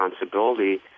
responsibility